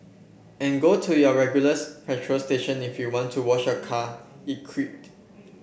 and go to your regulars petrol station if you want to wash your car it quipped